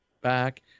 back